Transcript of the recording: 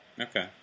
okay